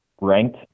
ranked